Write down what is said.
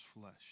flesh